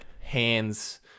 hands